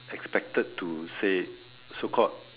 expected to say so called